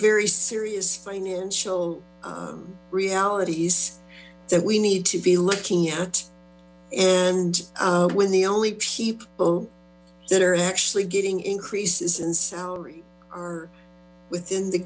very serious financial realities that we need to be looking at and when the only people that are actually getting increases in salary are within the